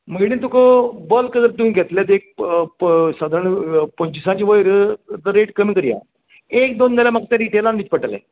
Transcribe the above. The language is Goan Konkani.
म्हजे कडेन तुका बल्क जर तुवें घेतले एक प प साधरण पंचवीसाच्या वयर तर रॅट कमी करया एक दोन जाल्यार म्हाका ते रिटेलान दिवचे पडटले